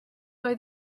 oedd